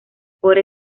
por